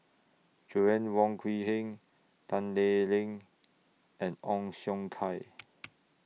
Joanna Wong Quee Heng Tan Lee Leng and Ong Siong Kai